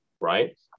right